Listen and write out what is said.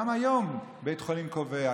גם היום בית חולים קובע.